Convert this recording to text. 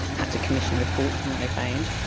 had to commission reports on what they found,